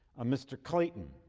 a mr. clayton,